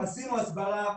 עשינו הסברה,